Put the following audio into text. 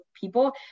people